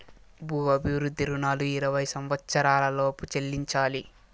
భూ అభివృద్ధి రుణాలు ఇరవై సంవచ్చరాల లోపు చెల్లించాలి